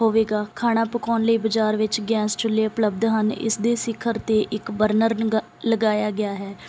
ਹੋਵੇਗਾ ਖਾਣਾ ਪਕਾਉਣ ਲਈ ਬਜ਼ਾਰ ਵਿੱਚ ਗੈਸ ਚੁੱਲ੍ਹੇ ਉਪਲਬਧ ਹਨ ਇਸ ਦੇ ਸਿਖਰ 'ਤੇ ਇੱਕ ਬਰਨਰ ਲਗਾ ਲਗਾਇਆ ਗਿਆ ਹੈ